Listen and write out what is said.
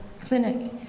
Clinic